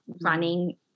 running